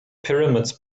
pyramids